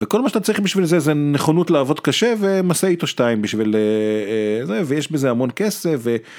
וכל מה שאתה צריך בשביל זה זה נכונות לעבוד קשה ומשאית או שתיים בשביל זה ויש בזה המון כסף.